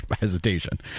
hesitation